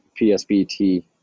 PSBT